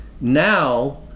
now